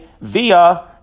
via